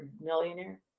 millionaire